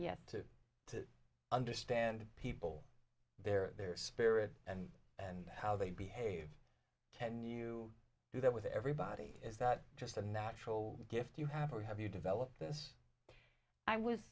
yet to to understand people their their spirit and how they behave and you do that with everybody is that just a natural gift you have or have you developed this i was